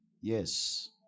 Yes